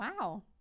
wow